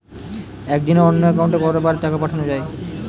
একদিনে অন্য একাউন্টে কত বার টাকা পাঠানো য়ায়?